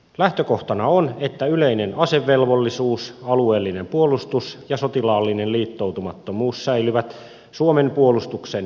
lähtökohtana on että yleinen asevelvollisuus alueellinen puolustus ja sotilaallinen liittoutumattomuus säilyvät suomen puolustuksen peruspilareina